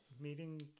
meeting